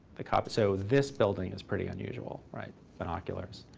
like ah but so this building is pretty unusual, right? binoculars.